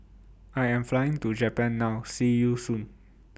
I Am Flying to Japan now See YOU Soon